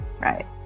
Right